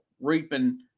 reaping